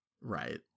right